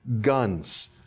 guns